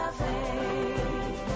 faith